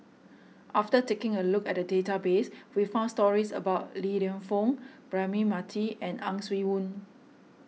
after taking a look at the database we found stories about Li Lienfung Braema Mathi and Ang Swee Aun